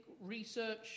research